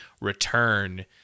Return